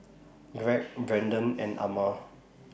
Greg Brendon and Ama